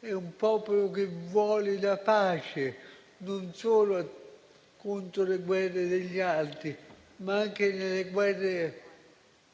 è un popolo che vuole la pace, non solo contro le guerre degli altri, ma anche nelle guerre